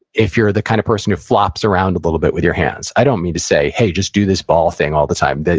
if you're the kind of person who flops around a little bit with your hands i don't mean to say, hey, just do this ball thing all the time.